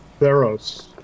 Theros